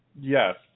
Yes